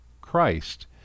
Christ